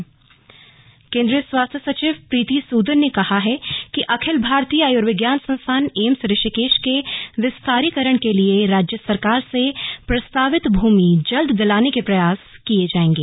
AIIMS Rishikesh केंद्रीय स्वास्थ्य सचिव प्रीति सूदन ने कहा है कि अखिल भारतीय आयुर्विज्ञान संस्थान एम्स ऋषिकेश के विस्तारीकरण के लिए राज्य सरकार से प्रस्तावित भूमि जल्द दिलाने के प्रयास किए जाएंगे